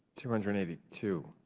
two hundred and eighty two,